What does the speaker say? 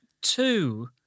two